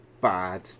bad